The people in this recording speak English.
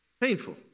painful